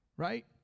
Right